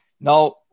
Now